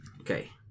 Okay